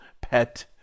pet